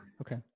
Okay